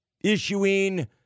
issuing